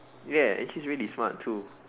ya and she's really smart too